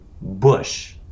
Bush